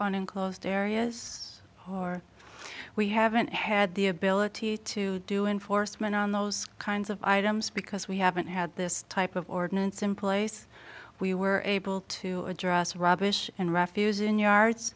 on enclosed areas or we haven't had the ability to do enforcement on those kinds of items because we haven't had this type of ordinance employees we were able to address rubbish and refusing yards